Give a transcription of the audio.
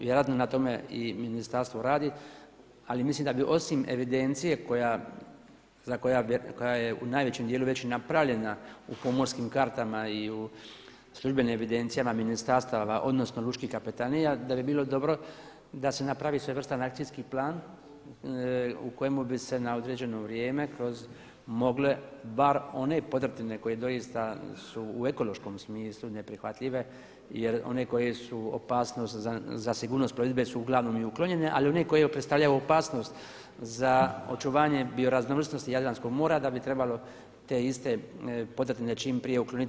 Vjerojatno na tome i ministarstvo radi, ali mislim da bi osim evidencije koja je najvećim dijelom već i napravljena u pomorskim kartama i u službenim evidencijama ministarstava odnosno lučkih kapetanija da bi bilo dobro da se napravi svojevrstan akcijski plan u kojemu bi se na određeno vrijeme mogle bar one podrtine koje doista su u ekološkom smislu neprihvatljive jer one koje su opasnost za sigurnost plovidbe su uglavnom i uklonjene, ali one koje predstavljaju opasnost za očuvanje bio raznovrsnosti Jadranskog mora da bi trebalo te iste podrtine čim prije ukloniti.